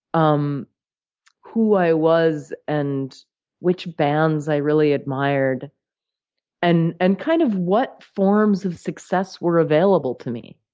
um who i was and which bands i really admired and and kind of what forms of success were available to me